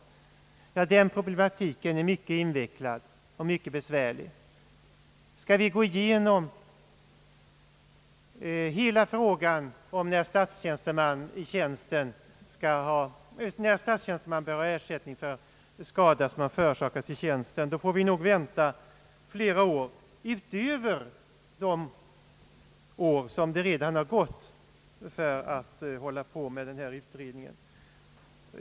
Denna problematik är mycket invecklad och besvärlig. Skall vi gå igenom hela frågan om när statstjänsteman bör ha ersättning för skada som har förorsakats i tjänsten, får vi nog vänta flera år utöver de år som redan har åtgått för att fullfölja denna utredning.